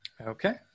Okay